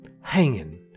hanging